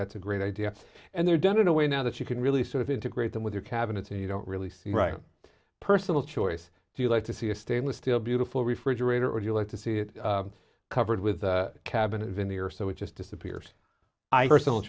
that's a great idea and they're done in a way now that you can really sort of integrate them with their cabinets and you don't really see right personal choice if you like to see a stainless steel beautiful refrigerator or you like to see it covered with cabinets in the air so it just disappears i personal